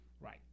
Right